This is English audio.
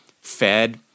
Fed